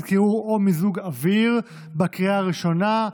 קירור או מיזוג אוויר בקריאה הראשונה.